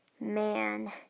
Man